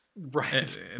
Right